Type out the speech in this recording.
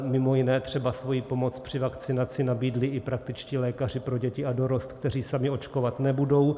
Mimo jiné třeba svoji pomoc při vakcinaci nabídli i praktičtí lékaři pro děti a dorost, kteří sami očkovat nebudou.